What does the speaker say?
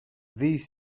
these